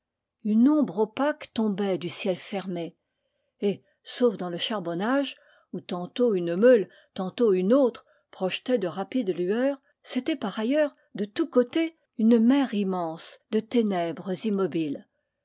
une ombre opaque tombait du ciel fermé et sauf dans le charbon nage où tantôt une meule tantôt une autre projetait de rapides lueurs c'était par ailleurs de tous côtés une mer immense de ténèbres immobiles